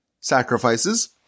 sacrifices